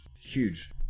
huge